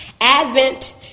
Advent